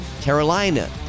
Carolina